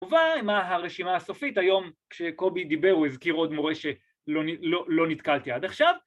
ומה הרשימה הסופית היום כשקובי דיבר הוא הזכיר עוד מורה שלא נתקלתי עד עכשיו.